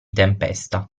tempesta